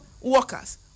workers